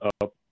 up